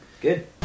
Good